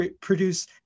produce